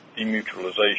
demutualization